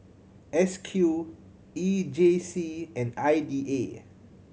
S Q E J C and I D A